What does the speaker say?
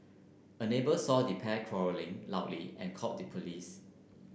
a neighbour saw the pair quarrelling loudly and called the police